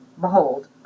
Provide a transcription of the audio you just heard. Behold